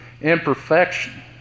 imperfection